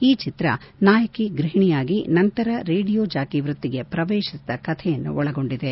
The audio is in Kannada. ಈ ಚಿತ್ರ ನಾಯಕಿ ಗ್ಲಹಿಣಿಯಾಗಿ ನಂತರ ರೇಡಿಯೋ ಜಾಕಿ ವ್ಯಕ್ತಿಗೆ ಪ್ರವೇತಿಸಿದ ಕಥೆಯನ್ನು ಒಳಗೊಂಡಿದೆ